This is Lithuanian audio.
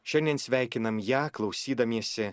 šiandien sveikinam ją klausydamiesi